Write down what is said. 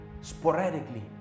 sporadically